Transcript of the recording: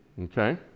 Okay